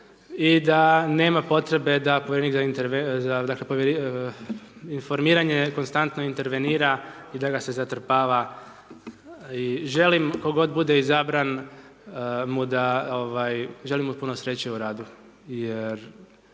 i da nema potrebe da povjerenik za informiranje konstantno intervenira i da ga se zatrpava i želim tko god bude izabran, mu da, ovaj želim mu puno sreće u radu